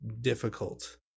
difficult